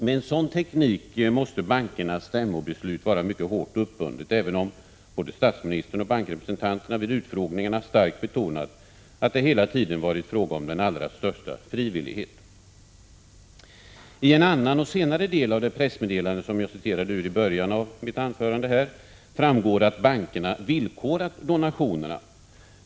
Med en sådan teknik måste bankernas stämmobeslut vara mycket hårt uppbundna, även om både statsministern och bankrepresentanterna vid utfrågningarna starkt betonat att det hela tiden varit fråga om den allra största frivillighet. Av én annan och senare del av det pressmeddelande som jag citerade ur i början av mitt anförande framgår att bankerna villkorat donationerna.